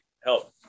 help